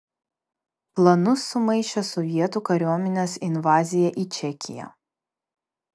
planus sumaišė sovietų kariuomenės invazija į čekiją